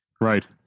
right